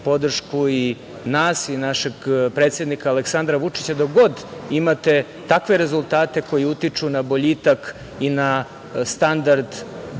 i nas i našeg predsednika Aleksandra Vučića dok god imate takve rezultate koji utiču na boljitak i na standard građana